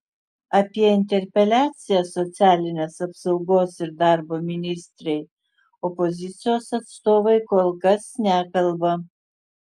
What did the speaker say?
apie interpeliaciją socialinės apsaugos ir darbo ministrei opozicijos atstovai kol kas nekalba